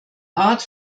art